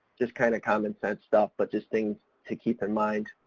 just kind of common-sense stuff but just things to keep in mind.